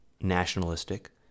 nationalistic